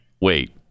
Wait